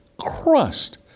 crushed